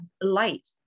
light